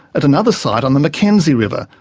at another site on the mackenzie river,